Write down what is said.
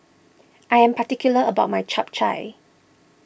I am particular about my Chap Chai